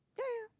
yeah yeah yeah